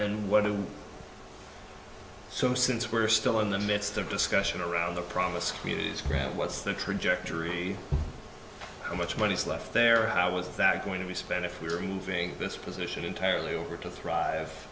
and what do so since we're still in the midst of discussion around the promise communities fred what's the trajectory how much money is left there how was that going to be spent if we are moving this position entirely over to thrive